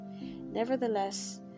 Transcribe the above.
Nevertheless